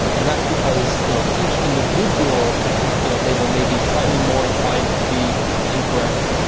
and that's because you know each individual you know label may be slightly more inclined to be incorrect.